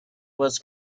was